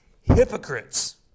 hypocrites